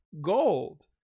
gold